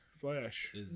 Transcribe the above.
flash